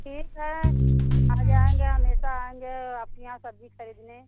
ठीक है आजाएँगे हमेशा आएँगे आपके यहाँ सब्ज़ी खरीदने